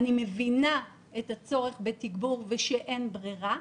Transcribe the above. אני מבינה את הצורך בתגבור ושאין ברירה,